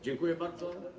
Dziękuję bardzo.